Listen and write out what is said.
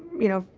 you know,